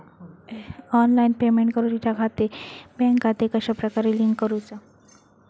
Online payment करुच्याखाती bank खाते कश्या प्रकारे लिंक करुचा?